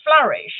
flourish